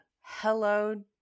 Hello